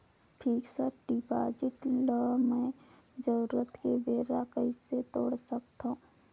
Fixed deposit ल मैं जरूरत के बेरा कइसे तोड़ सकथव?